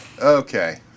Okay